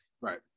right